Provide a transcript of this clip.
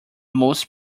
most